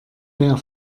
mehr